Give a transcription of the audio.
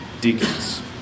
deacons